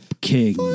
King